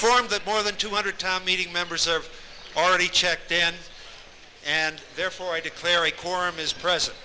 from the more than two hundred tom meeting members are already checked in and therefore i declare a quorum is present